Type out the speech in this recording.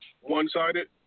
one-sided